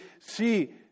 see